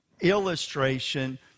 illustration